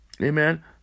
amen